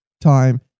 time